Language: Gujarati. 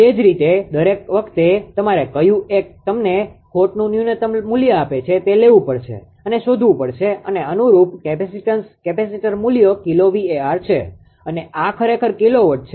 તે જ રીતે દરેક વખતે તમારે કયું એક તમને ખોટનુ ન્યુનતમ મુલ્ય આપે છે તે લેવું પડશે અને શોધવું પડશે અને અનુરૂપ કેપેસિટીન્સ કેપેસિટર મૂલ્ય કિલો VAr છે અને આ ખરેખર કિલોવોટ છે